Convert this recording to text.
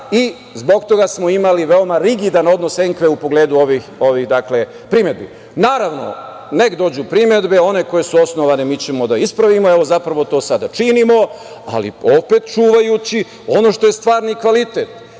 i zbog toga smo imali veoma rigidan odnos sa ENKVA u pogledu ovih primedbi. Naravno, neka dođu primedbe, one koje su osnovane mi ćemo da ispravimo, zapravo to sada činimo, ali opet čuvajući ono što je stvarni kvalitet.